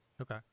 Okay